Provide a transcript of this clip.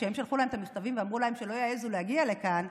כשהם שלחו להם את המכתבים ואמרו להם שלא יעזו להגיע לכאן,